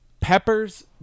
Peppers